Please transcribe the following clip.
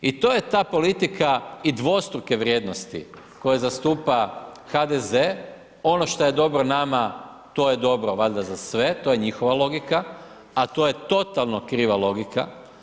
I to je ta politika i dvostruke vrijednosti koje zastupa HDZ, ono što je dobro nama to dobro valjda za sve, to je njihova logika, a to je totalno kriva logika.